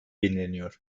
yenileniyor